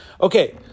okay